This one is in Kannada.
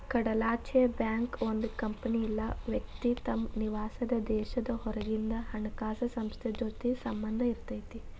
ಕಡಲಾಚೆಯ ಬ್ಯಾಂಕ್ ಒಂದ್ ಕಂಪನಿ ಇಲ್ಲಾ ವ್ಯಕ್ತಿ ತಮ್ ನಿವಾಸಾದ್ ದೇಶದ್ ಹೊರಗಿಂದ್ ಹಣಕಾಸ್ ಸಂಸ್ಥೆ ಜೊತಿ ಸಂಬಂಧ್ ಇರತೈತಿ